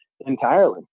entirely